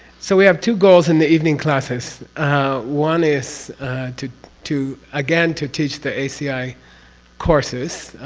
so we have two goals in the evening classes one is to to again to teach the aci courses,